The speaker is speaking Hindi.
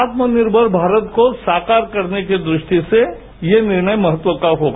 आत्म निर्भर भारत को साकार करने की दृष्टि से यह निर्णय महत्व का होगा